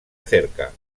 acerca